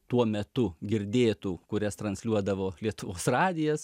tuo metu girdėtų kurias transliuodavo lietuvos radijas